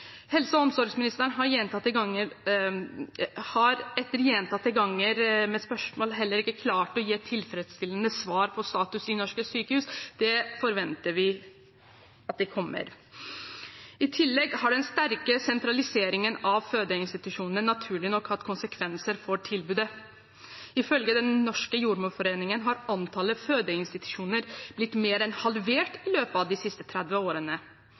Helse- og omsorgsministeren har etter gjentatte spørsmål heller ikke klart å gi et tilfredsstillende svar om status i norske sykehus. Det forventer vi kommer. I tillegg har den sterke sentraliseringen av fødeinstitusjonene naturlig nok hatt konsekvenser for tilbudet. Ifølge Den norske jordmorforening har antallet fødeinstitusjoner blitt mer enn halvert i løpet av de siste 30 årene.